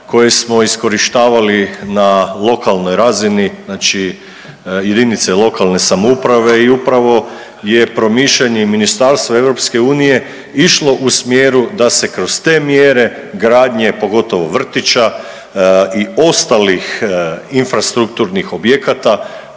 koje smo iskorištavali na lokalnoj razini, znači jedinice lokalne samouprave i upravo je promišljanje Ministarstva EU išlo u smjeru da se kroz te mjere gradnje pogotovo vrtića i ostalih infrastrukturnih objekata